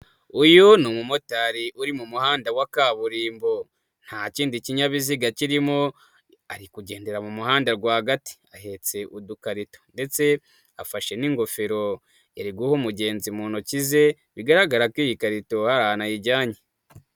Uyu ni umumotari uri mu muhanda wa kaburimbo, nta kindi kinyabiziga kirimo ari kugendera mu muhanda rwagati ahetse udukarito ndetse afashe n'ingofero iri guha umugenzi mu ntoki ze, bigaragara ko iyi karito hari ahantu ayijyanye.